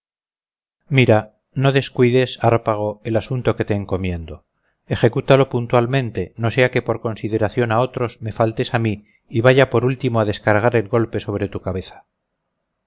mira no descuides hárpago el asunto que te encomiendo ejecútalo puntualmente no sea que por consideración a otros me faltes a mí y vaya por último a descargar el golpe sobre tu cabeza